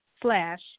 slash